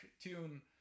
tune